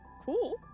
cool